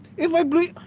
if i blew.